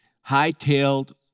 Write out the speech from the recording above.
high-tailed